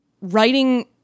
writing